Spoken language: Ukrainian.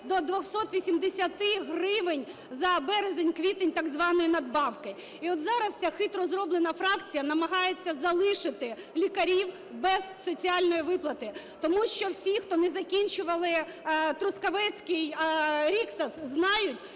до 280 гривень за березень-квітень так званої надбавки. І от зараз ця хитро зроблена фракція намагається залишити лікарів без соціальної виплати. Тому що всі, хто не закінчували трускавецький "Rixos", знають,